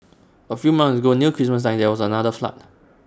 A few months ago near Christmas time there was another flood